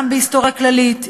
גם בהיסטוריה כללית,